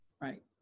Right